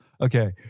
okay